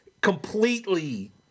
completely